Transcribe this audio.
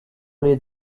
les